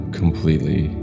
completely